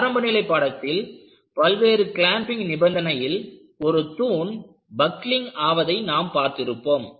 ஆரம்பநிலை பாடத்தில் பல்வேறு கிளாம்பிங் நிபந்தனையில் ஒரு தூண் பக்லிங் ஆவதை நாம் பார்த்திருப்போம்